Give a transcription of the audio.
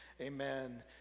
Amen